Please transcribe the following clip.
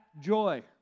joy